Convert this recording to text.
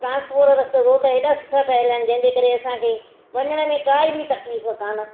ट्रांसपोरो रस्तो रोड हेॾा सुठा ठहियलु आहिनि जंहिंजे करे असांखे वञण में काई बि तकलीफ़ कोनि